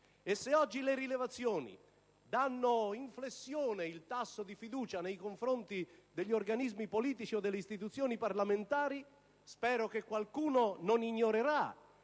E se oggi le rilevazioni danno in flessione il tasso di fiducia nei confronti degli organismi politici o delle istituzioni parlamentari, spero che qualcuno non ignorerà